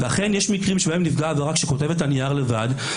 ואכן יש מקרים שבהם נפגע העבירה שכותב את הנייר לבד,